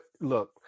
look